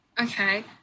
Okay